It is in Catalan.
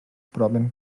proven